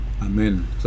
Amen